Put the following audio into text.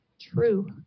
true